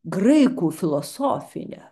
graikų filosofiją